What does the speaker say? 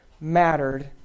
mattered